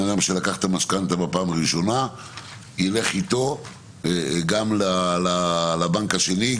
אדם שלקח את המשכנתה בפעם הראשונה ילך איתו גם לבנק השני,